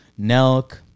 Nelk